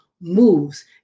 moves